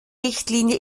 richtlinie